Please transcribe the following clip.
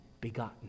begotten